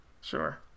Sure